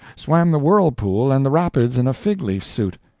swam the whirlpool and the rapids in a fig-leaf suit.